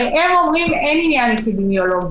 הרי הם אומרים שאין עניין אפידמיולוגי,